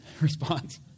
response